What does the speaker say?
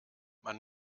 man